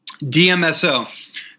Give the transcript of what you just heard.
DMSO